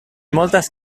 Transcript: moltes